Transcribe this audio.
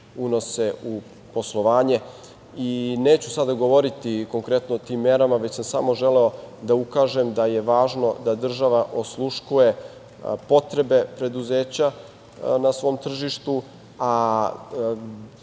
u poslovanje. Neću sada govoriti konkretno o tim merama, već sam samo želeo da ukažem da je važno da država osluškuje potrebe preduzeća na svom tržištu, a